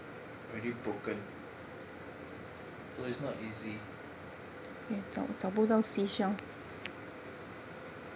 really broken so it is not easy